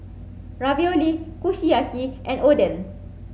Ravioli Kushiyaki and Oden